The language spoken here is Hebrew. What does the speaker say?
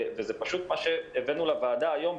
וזה פשוט מה שהבאנו לוועדה היום,